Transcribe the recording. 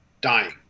dying